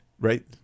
right